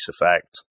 effect